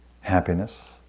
happiness